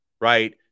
right